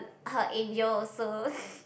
her angel also